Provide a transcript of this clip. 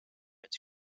its